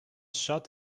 shot